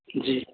जी